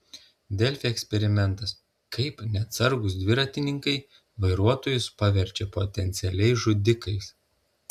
delfi eksperimentas kaip neatsargūs dviratininkai vairuotojus paverčia potencialiais žudikais